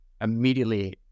immediately